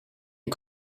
est